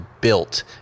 built